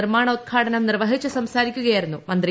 നിർമാണോദ്ഘാടനം നിർവഹിച്ച് സംസാരിക്കുകയായിരുന്നു മന്ത്രി